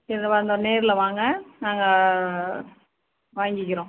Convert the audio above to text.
இதில் வந்தால் நேரில் வாங்க நாங்கள் வாங்கிக்கிறோம்